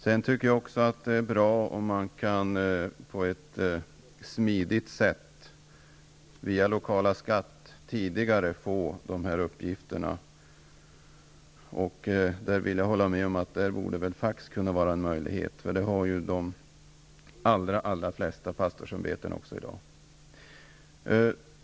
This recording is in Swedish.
Sedan tycker jag också att det är bra om man på ett smidigt sätt via den lokala skattemyndigheten kan få fram dessa uppgifter tidigare. Jag vill hålla med om att fax borde vara en möjlighet. De allra flesta pastorsämbeten har ju fax i dag.